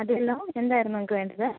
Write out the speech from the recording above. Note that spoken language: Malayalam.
അതെല്ലോ എന്തായിരുന്നു നിങ്ങൾക്ക് വേണ്ടത്